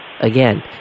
again